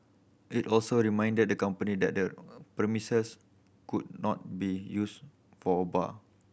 it also reminded the company that the premises could not be used for a bar